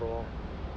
so raw